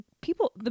People